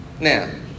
Now